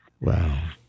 Wow